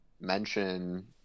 mention